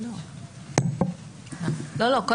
אני